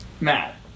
Matt